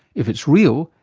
if it's real,